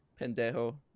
Pendejo